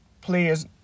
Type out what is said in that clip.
players